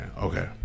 Okay